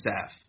staff